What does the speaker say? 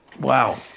Wow